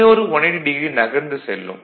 இன்னொரு 180 டிகிரி நகர்ந்து செல்லும்